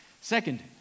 Second